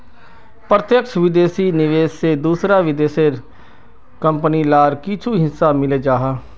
प्रत्यक्ष विदेशी निवेश से दूसरा देशेर कंपनी लार कुछु हिस्सा मिले जाहा